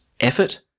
effort